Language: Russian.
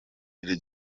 или